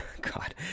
god